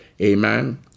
amen